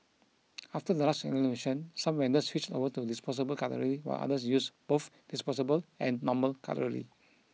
after the last renovation some vendors switched over to disposable cutlery while others use both disposable and normal cutlery